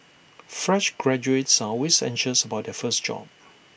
fresh graduates are always anxious about their first job